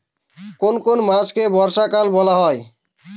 কোন কোন মাসকে বর্ষাকাল বলা হয়?